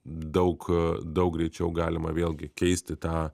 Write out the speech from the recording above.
daug daug greičiau galima vėlgi keisti tą